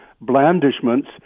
blandishments